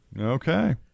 Okay